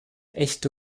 echte